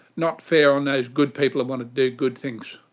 not fair on those good people who want to do good things.